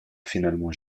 finalement